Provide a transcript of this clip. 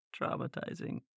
traumatizing